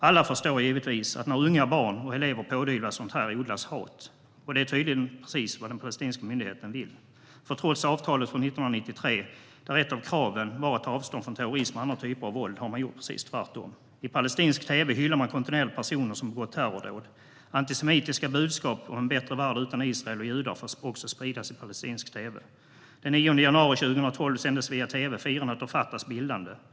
Alla förstår givetvis att när unga barn och elever pådyvlas sådant här odlas hat. Och det är tydligen precis vad den palestinska myndigheten vill. För trots avtalet från 1993, där ett av kraven var att ta avstånd från terrorism och andra typer av våld, har man gjort precis tvärtom. I palestinsk tv hyllar man kontinuerligt personer som har begått terrordåd. Antisemitiska budskap om en bättre värld utan Israel och judar får också spridas i palestinsk tv. Den 9 januari 2012 sändes via tv firandet av Fatahs bildande.